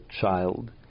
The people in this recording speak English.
child